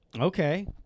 Okay